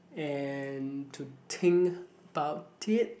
and to think about it